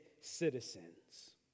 citizens